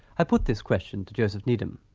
i put this question to joseph needham.